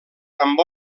amb